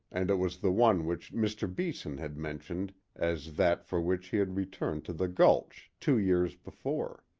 and it was the one which mr. beeson had mentioned as that for which he had returned to the gulch two years before.